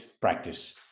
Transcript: practice